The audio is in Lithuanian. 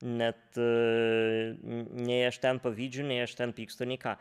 net nei aš ten pavydžiu nei aš ten pykstu nei ką